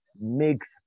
makes